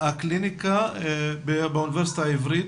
הקליניקה באוניברסיטה העברית,